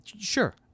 Sure